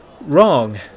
wrong